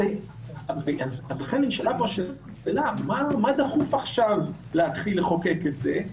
מה דחוף עכשיו להתחיל לחוקק את זה?